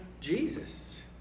Jesus